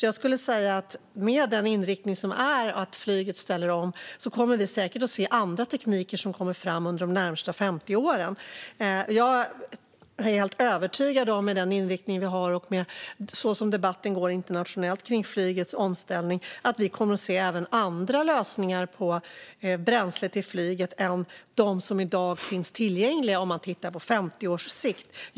Jag skulle säga att med den inriktning vi har där flyget ställer om kommer vi säkert att se andra tekniker komma fram under de närmaste 50 åren. Jag är helt övertygad om att vi med den inriktningen, och även med tanke på hur debatten går internationellt kring flygets omställning, kommer att se andra lösningar på bränsle till flyget än de som i dag finns tillgängliga om man tittar på 50 års sikt.